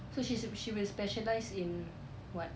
so she she will specialise in what